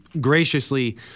graciously